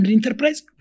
enterprise